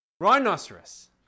Rhinoceros